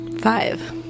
five